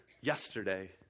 yesterday